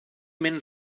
mynd